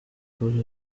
kuri